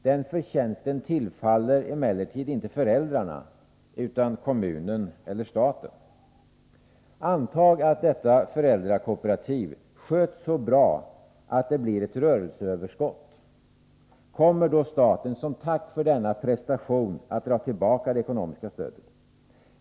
Den förtjänsten tillfaller emellertid inte föräldrarna utan kommunen eller staten. Antag att detta föräldrakooperativ sköts så bra att det blir ett rörelseöverskott. Kommer då staten som tack för denna prestation att dra tillbaka det ekonomiska stödet?